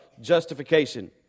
justification